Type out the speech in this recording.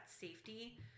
safety